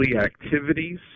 activities